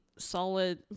solid